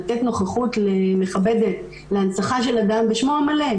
לתת נוכחות מכבדת להנצחה של אדם בשמו המלא,